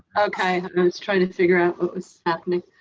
okay, i was trying to figure out what was happening.